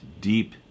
deep